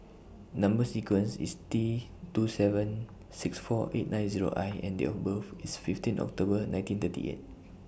Number sequence IS T two seven six four eight nine Zero I and Date of birth IS fifteen October nineteen thirty eight